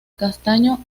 castaño